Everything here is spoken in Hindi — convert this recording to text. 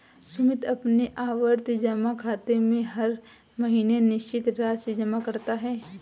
सुमित अपने आवर्ती जमा खाते में हर महीने निश्चित राशि जमा करता है